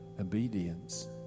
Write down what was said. obedience